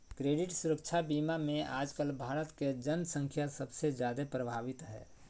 credit सुरक्षा बीमा मे आजकल भारत के जन्संख्या सबसे जादे प्रभावित हय